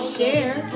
Share